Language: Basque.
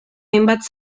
hainbat